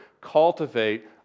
Cultivate